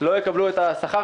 לא יקבלו את השכר.